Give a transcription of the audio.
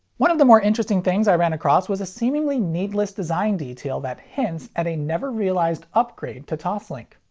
one of the more interesting things i ran across was a seemingly needless design detail that hints at a never-realized upgrade to toslink.